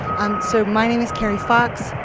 so my name is carrie fox.